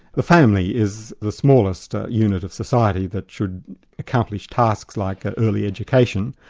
the family is the smallest unit of society that should accomplish tasks like early education,